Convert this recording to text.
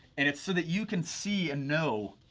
and it's so that you can see and know